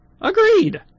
Agreed